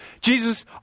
Jesus